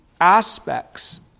aspects